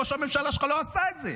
ראש הממשלה שלך לא עשה את זה.